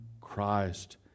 Christ